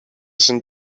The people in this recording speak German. sind